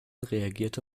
reagierte